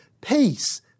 peace